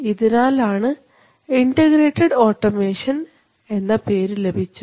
ഇതിനാലാണ് integrated automation എന്ന പേര് ലഭിച്ചത്